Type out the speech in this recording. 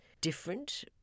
different